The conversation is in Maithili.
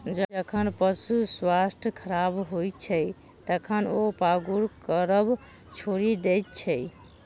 जखन पशुक स्वास्थ्य खराब होइत छै, तखन ओ पागुर करब छोड़ि दैत छै